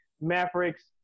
Mavericks